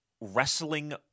wrestling